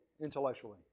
intellectually